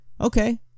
okay